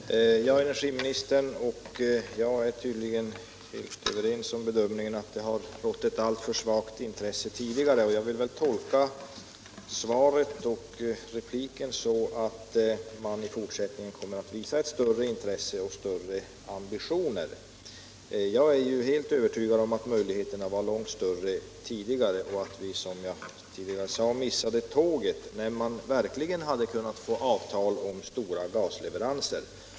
Herr talman! Energiministern och jag är tydligen helt överens om bedömningen att det har rått ett alltför svagt intresse tidigare. Jag vill tolka svaret och repliken så att man i fortsättningen kommer att visa större intresse och större ambitioner. Jag är helt övertygad om att möjligheterna var långt större tidigare och att vi, som jag förut sade, missade tåget när man verkligen hade kunnat få avtal om stora gasleveranser.